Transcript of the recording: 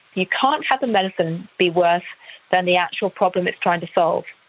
you can't have the medicine be worse than the actual problem it's trying to solve.